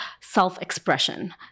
self-expression